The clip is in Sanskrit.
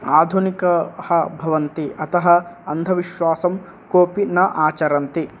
आधुनिकाः भवन्ति अतः अन्धविश्वासं कोपि न आचरन्ति